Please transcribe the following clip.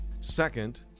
Second